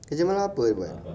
kerja malam apa dia buat